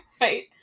Right